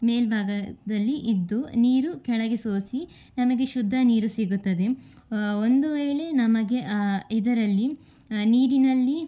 ಮೇಲ್ಭಾಗದಲ್ಲಿ ಇದ್ದು ನೀರು ಕೆಳಗೆ ಸೋಸಿ ನಮಗೆ ಶುದ್ಧ ನೀರು ಸಿಗುತ್ತದೆ ಒಂದು ವೇಳೆ ನಮಗೆ ಆ ಇದರಲ್ಲಿ ನೀರಿನಲ್ಲಿ